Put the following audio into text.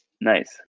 Nice